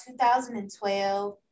2012